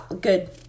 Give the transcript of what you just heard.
good